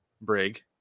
Brig